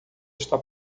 está